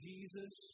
Jesus